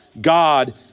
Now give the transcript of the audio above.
God